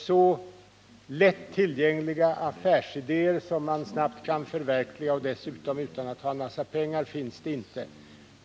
Så lättillgängliga affärsidéer som snabbt kan förverkligas utan en massa pengar finns inte.